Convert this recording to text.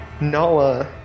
Nala